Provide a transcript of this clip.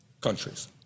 countries